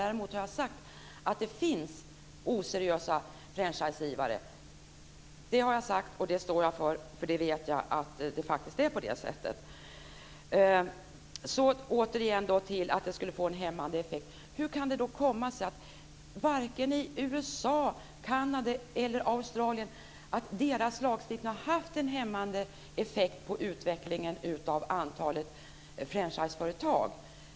Däremot har jag sagt att det finns oseriösa franchisegivare. Det står jag för, för jag vet att det är på det sättet. Återigen detta att det skulle ha en hämmande effekt: Hur kan det komma sig att lagstiftningen i vare sig USA, Kanada eller Australien inte har haft en hämmande effekt på utvecklingen av franchiseföretag?